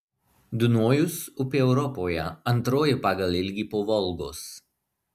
dunojus upė europoje antroji pagal ilgį po volgos